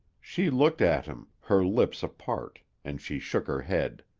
she looked at him, her lips apart, and she shook her head.